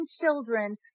children